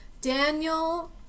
Daniel